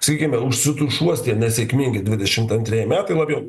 sakykime užsitušuos tie nesėkmingi dvidešimt antrieji metai labiau